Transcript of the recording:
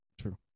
true